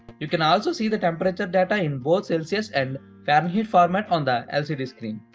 you can also see the temperature data in both celcius and fahrenheit format on the lcd screen.